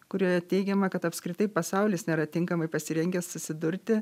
kurioje teigiama kad apskritai pasaulis nėra tinkamai pasirengęs susidurti